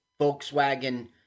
Volkswagen